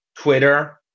Twitter